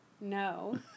No